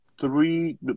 three